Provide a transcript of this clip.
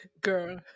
Girl